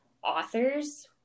authors